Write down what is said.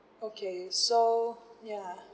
okay so ya